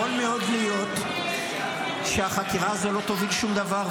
יכול מאוד להיות שהחקירה הזו לא תוביל שום דבר.